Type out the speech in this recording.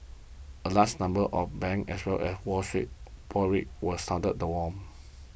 a lase number of bank as well as Wall Street was sounded the alarm